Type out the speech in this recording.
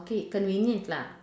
okay convenient lah